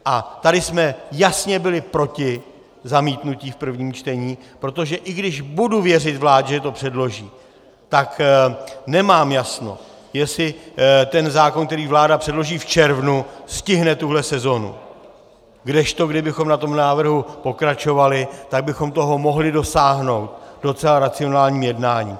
A tady jsme jasně byli proti zamítnutí v prvním čtení, protože i když budu věřit vládě, že to předloží, tak nemám jasno, jestli ten zákon, který vláda předloží v červnu, stihne tuhle sezonu, kdežto kdybychom na tom návrhu pokračovali, tak bychom toho mohli dosáhnout docela racionálním jednáním.